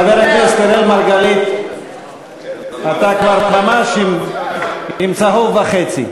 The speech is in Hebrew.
חבר הכנסת אראל מרגלית, אתה כבר ממש עם צהוב וחצי.